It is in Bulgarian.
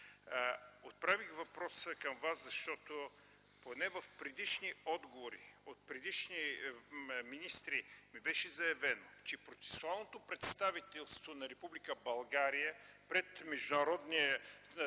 Отправих въпроса към Вас, защото поне в предишни отговори от предишни министри ми беше заявено, че процесуалното представителство на Република България пред Международната